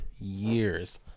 years